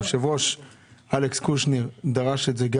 היושב-ראש אלכס קושניר דרש את זה.